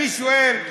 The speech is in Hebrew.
אני שואל,